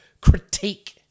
critique